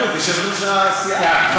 מחויבות, יושבת-ראש הסיעה.